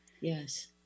Yes